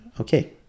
Okay